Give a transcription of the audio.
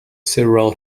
several